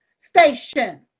Station